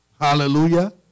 Hallelujah